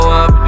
up